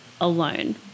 alone